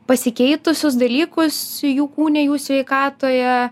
pasikeitusius dalykus jų kūne jų sveikatoje